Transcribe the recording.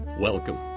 Welcome